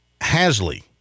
Hasley